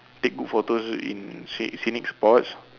take good photos in sce~ scenic spots